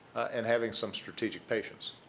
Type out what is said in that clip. and having some strategic patience.